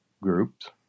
groups